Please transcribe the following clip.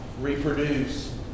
reproduce